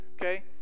Okay